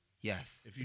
yes